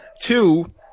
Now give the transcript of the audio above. two